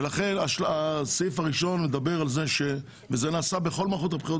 לכן הסעיף הראשון מדבר על וזה נעשה בכל מערכות הבחירות